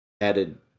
added